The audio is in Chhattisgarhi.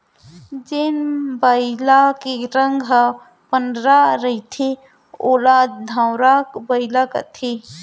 जेन बइला के रंग ह पंडरा रहिथे ओला धंवरा बइला कथें